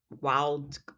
wild